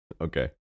Okay